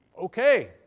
okay